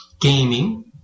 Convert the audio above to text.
gaming